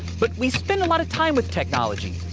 but we spend a lot of time with technology.